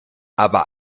aber